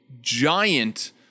giant